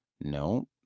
no